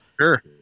Sure